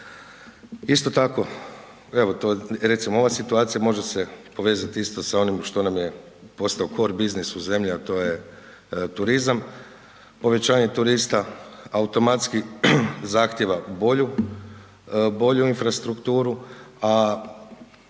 evo to, recimo ova situacija može se povezati isto sa onim što nam je postao core business u zemlji, a to je turizam. Povećanje turista automatski zahtjeva bolju infrastrukturu, a